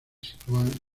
sitúan